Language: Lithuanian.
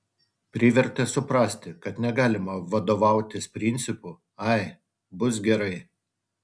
privertė suprasti kad negalima vadovautis principu ai bus gerai